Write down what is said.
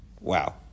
Wow